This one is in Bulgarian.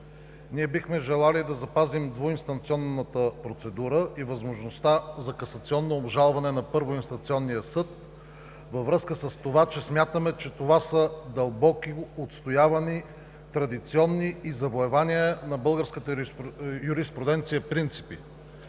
Ние бихме желали да запазим двуинстанционната процедура и възможността за касационно обжалване на първоинституционния съд във връзка с това, че смятаме, че това са дълбоки отстоявани традиционни завоевания на българската юриспруденция принципи.